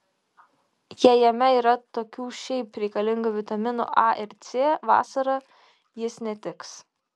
jei jame yra tokių šiaip reikalingų vitaminų a ir c vasarą jis netiks